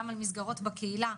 גם על מסגרות בקהילה,